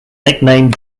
nickname